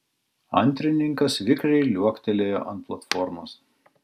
antrininkas vikriai liuoktelėjo ant platformos